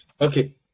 okay